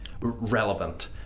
relevant